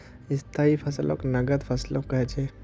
स्थाई फसलक नगद फसलो कह छेक